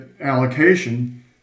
allocation